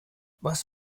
was